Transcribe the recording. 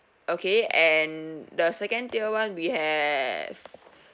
okay and the second tier [one] we have